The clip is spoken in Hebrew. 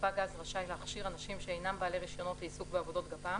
ספק גז רשאי להכשיר אנשים שאינם בעלי רישיונות לעיסוק בעבודות גפ"מ